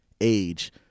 age